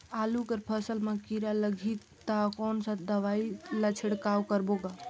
आलू कर फसल मा कीरा लगही ता कौन सा दवाई ला छिड़काव करबो गा?